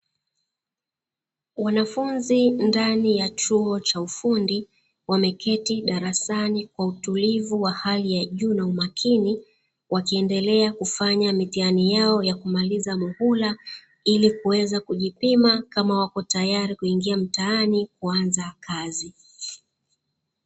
Wanafunzi ndani ya chuo cha ufundi wameketi darasani kwa utulivu wa hali ya juu na umakini, wakiendelea kufanya mitihani yao ya kumaliza muhula ili kuweza kujipima kama wapo tayari kuingia mtaani kuanza kazi.